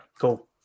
cool